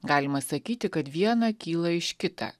galima sakyti kad viena kyla iš kita